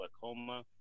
glaucoma